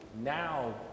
now